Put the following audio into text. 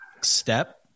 step